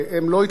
הם לא התלהבו,